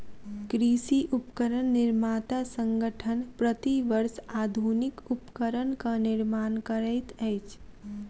कृषि उपकरण निर्माता संगठन, प्रति वर्ष आधुनिक उपकरणक निर्माण करैत अछि